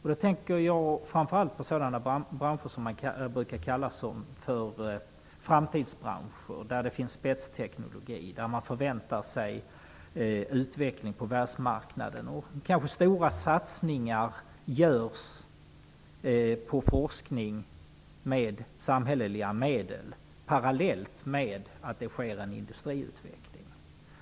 Jag tänker framför allt på sådana branscher som brukar kallas för framtidsbranscher, där det finns spetsteknologi och där man förväntar sig en utveckling på världsmarknaden. Det kanske också görs stora satsningar på forskning med samhälleliga medel parallellt med att det sker en industriutveckling.